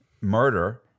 murder